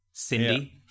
Cindy